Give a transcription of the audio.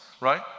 right